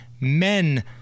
men